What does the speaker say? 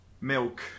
milk